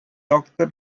doctor